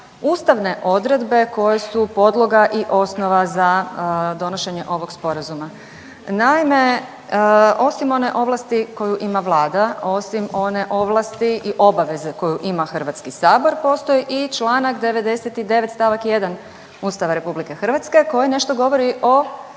ustavne odredbe koje su podloga i osnova za donošenje ovog sporazuma. Naime, osim one ovlasti koju ima vlada, osim one ovlasti i obaveze koju ima HS postoji i čl. 99. st. 1. Ustava RH koji nešto govori i